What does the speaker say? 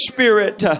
Spirit